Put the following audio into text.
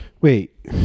Wait